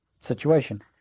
situation